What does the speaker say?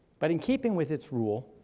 but in keeping with its rule,